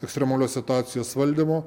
ekstremalios situacijos valdymu